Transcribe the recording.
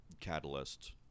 Catalyst